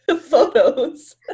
Photos